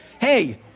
Hey